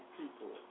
people